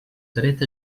dret